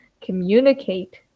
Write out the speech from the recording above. Communicate